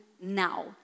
now